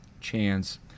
chance